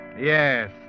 Yes